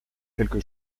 quelque